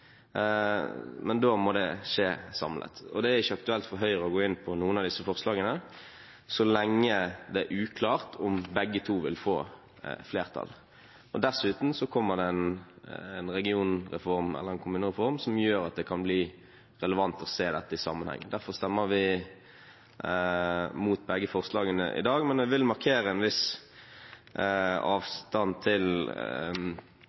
men da må det skje samlet, og det er ikke aktuelt for Høyre å gå inn på noen av disse forslagene så lenge det er uklart om begge to vil få flertall. Dessuten kommer det en regionreform, eller en kommunereform, som gjør at det kan bli relevant å se dette i sammenheng. Derfor stemmer vi imot begge forslagene i dag. Jeg vil markere en viss avstand til de argumentene som ble framført av